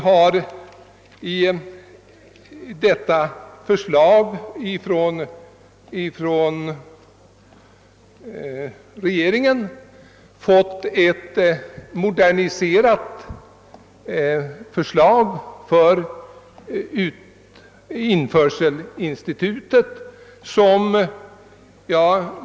Regeringens förslag innebär att vi får ett moderniserat införselinstitut.